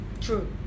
True